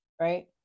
right